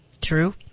True